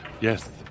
yes